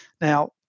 Now